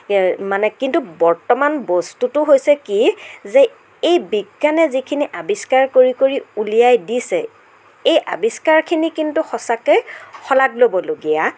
মানে কিন্তু বৰ্তমান বস্তুটো হৈছে কি যে এই বিজ্ঞানে যিখিনি আৱিষ্কাৰ কৰি কৰি উলিয়াই দিছে এই আৱিষ্কাৰখিনি কিন্তু সঁচাকেই শলাগ ল'বলগীয়া